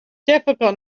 difficult